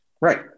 Right